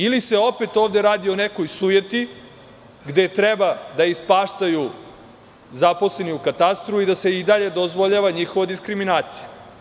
Ili se opet ovde radi o nekoj sujeti, gde treba da ispaštaju zaposleni u katastru i da se i dalje dozvoljava njihova diskriminacija?